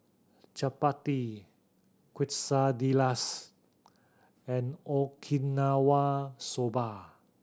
Chapati Quesadillas and Okinawa Soba